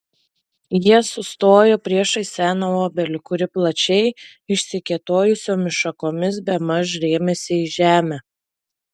jie sustojo priešais seną obelį kuri plačiai išsikėtojusiomis šakomis bemaž rėmėsi į žemę